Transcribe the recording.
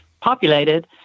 populated